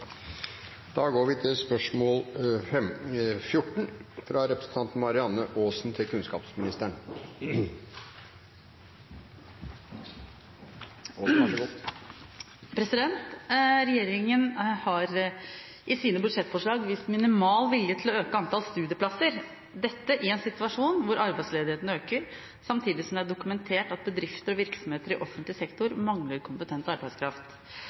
har i sine budsjettforslag vist minimal vilje til å øke antall studieplasser. Dette i en situasjon hvor ledigheten øker, samtidig som det er dokumentert at bedrifter og virksomheter i offentlig sektor mangler kompetent arbeidskraft.